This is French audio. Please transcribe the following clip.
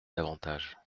davantage